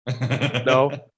No